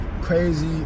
crazy